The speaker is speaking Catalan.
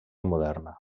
moderna